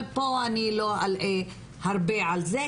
אבל פה אני לא אלאה הרבה על זה,